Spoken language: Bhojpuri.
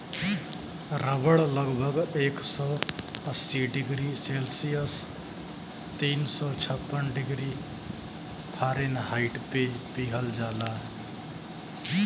रबड़ लगभग एक सौ अस्सी डिग्री सेल्सियस तीन सौ छप्पन डिग्री फारेनहाइट पे पिघल जाला